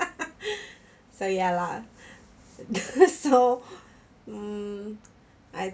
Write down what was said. so ya lah so mm I